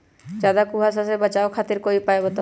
ज्यादा कुहासा से बचाव खातिर कोई उपाय बताऊ?